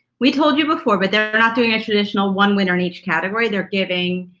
we told you before but they're not doing a traditional one winner in each category, they're giving,